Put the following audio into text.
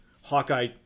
Hawkeye